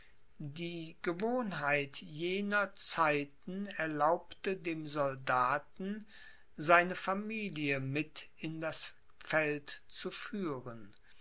die gewohnheit jener zeiten erlaubte dem soldaten seine familie mit in das feld zu führen